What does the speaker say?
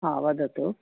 हा वदतु